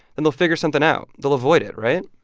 then they'll figure something out. they'll avoid it. right?